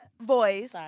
voice